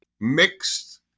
Mixed